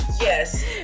Yes